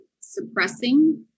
suppressing